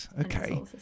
Okay